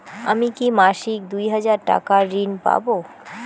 আমি কি মাসিক দুই হাজার টাকার ঋণ পাব?